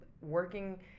working